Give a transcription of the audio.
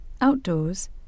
Outdoors